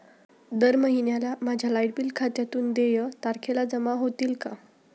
दर महिन्याला माझ्या लाइट बिल खात्यातून देय तारखेला जमा होतील का?